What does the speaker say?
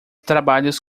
trabalhos